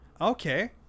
Okay